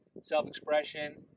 Self-expression